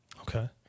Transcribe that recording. Okay